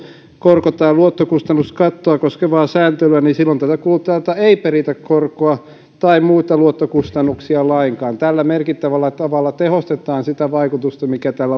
korko tai luottokustannuskattoa koskevaa sääntelyä niin silloin tältä kuluttajalta ei peritä korkoa tai muita luottokustannuksia lainkaan tällä merkittävällä tavalla tehostetaan sitä vaikutusta mikä